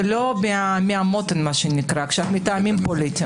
ולא מהמותן ומטעמים פוליטיים.